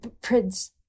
Prince